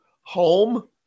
home